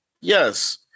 Yes